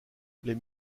les